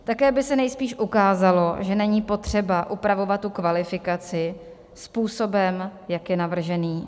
Také by se nejspíš ukázalo, že není potřeba upravovat tu kvalifikaci způsobem, jak je navržený.